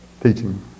teaching